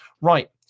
Right